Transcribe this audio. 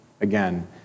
again